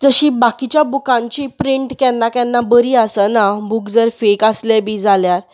बाकीच्या बुकांची प्रिंट केन्ना केन्ना बरी आसना बूक जर फेक आसलें बी जाल्यार